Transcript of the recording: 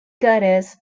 goddess